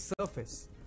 surface